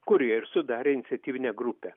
kurie ir sudarė iniciatyvinę grupę